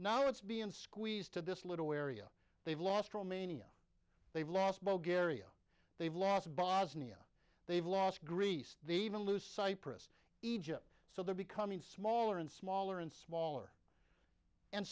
now it's being squeezed to this little area they've lost romania they've lost both garia they've lost bosnia they've lost greece the even lose cyprus egypt so they're becoming smaller and smaller and smaller and